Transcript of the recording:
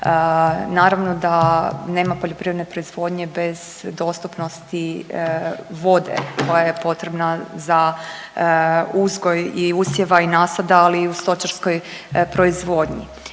Naravno da poljoprivredne proizvodnje bez dostupnosti vode koja je potrebna za uzgoj i usjeva i nasada, ali i u stočarskoj proizvodnji.